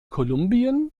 kolumbien